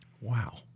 Wow